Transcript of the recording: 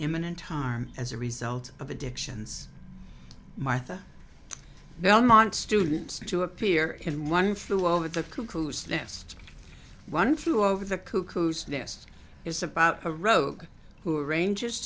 imminent time as a result of addictions martha belmont students to appear in one flew over the cuckoo's nest one flew over the cuckoo's nest is about a rogue who arrange